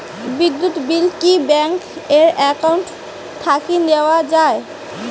বিদ্যুৎ বিল কি bank account থাকি দেওয়া য়ায়?